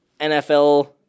NFL